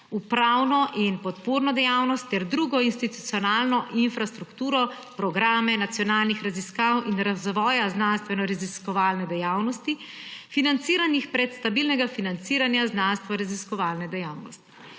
upravno in podporno dejavnost ter drugo institucionalno infrastrukturo, programe nacionalnih raziskav in razvoja znanstvenoraziskovalne dejavnosti, financiranih prek stabilnega financiranja znanstvenoraziskovalne dejavnosti.